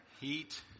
heat